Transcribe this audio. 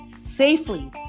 safely